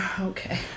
Okay